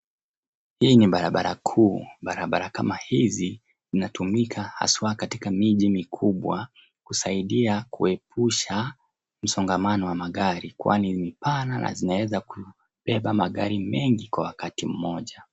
Hii ni barabara kuu. Barabara kama hizi zinatumika hasa katika miji mikubwa, kusaidia kuepusha msongamano wa magari kwani ni pana zinaweza kubeba magari mengi kwa wakati mmoja.